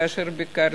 כאשר ביקרתי.